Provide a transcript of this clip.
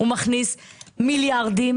מיליארדים,